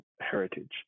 heritage